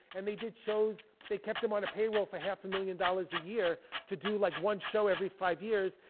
and they did shows, they kept him on a payroll for half a million dollars a year to do like one show every five years.